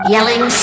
Yelling